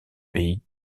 pays